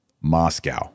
Moscow